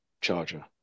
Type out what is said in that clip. charger